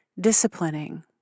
disciplining